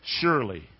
surely